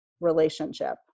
relationship